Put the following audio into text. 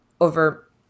over